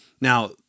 Now